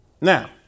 Now